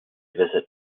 visit